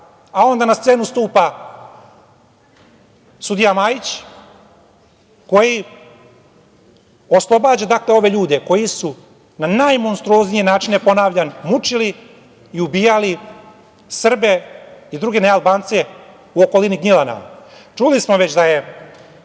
a onda na scenu stupa sudija Majić koji oslobađa ove ljude koji su na najmonstruoznije načine, ponavljam, mučili i ubijali Srbe i druge nealbance u okolini Gnjilana. Čuli smo već da su